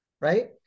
right